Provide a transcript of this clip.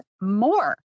more